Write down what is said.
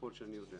ככל שאני יודע.